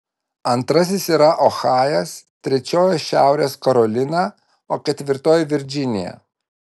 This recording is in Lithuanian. antrasis yra ohajas trečioji šiaurės karolina o ketvirtoji virdžinija